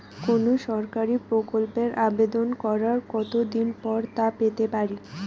কোনো সরকারি প্রকল্পের আবেদন করার কত দিন পর তা পেতে পারি?